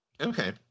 okay